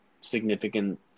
significant